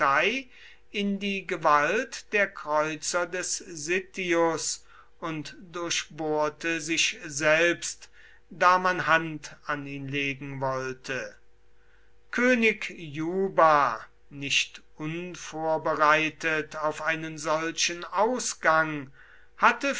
in die gewalt der kreuzer des sittius und durchbohrte sich selbst da man hand an ihn legen wollte könig juba nicht unvorbereitet auf einen solchen ausgang hatte